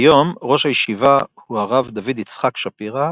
כיום ראש הישיבה הוא הרב דוד יצחק שפירא,